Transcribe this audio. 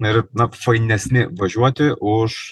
ir na fainesni važiuoti už